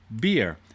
Beer